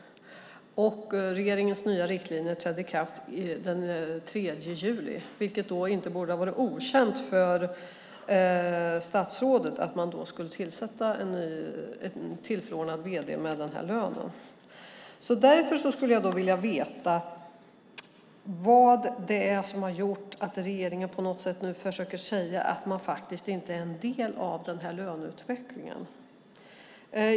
Regeringens nya riktlinjer trädde i kraft den 3 juli. Det borde inte ha varit okänt för statsrådet att man då skulle tillsätta en tillförordnad vd med den lönen. Därför skulle jag vilja veta vad det är som har gjort att regeringen nu försöker säga att man inte är en del av löneutvecklingen.